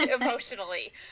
emotionally